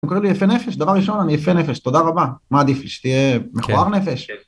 הוא קורא לי יפה נפש, דבר ראשון, אני יפה נפש, תודה רבה, מה עדיף לי, שתהיה מכוער נפש?